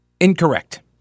Incorrect